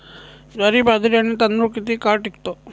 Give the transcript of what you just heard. ज्वारी, बाजरी आणि तांदूळ किती काळ टिकतो?